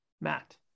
Matt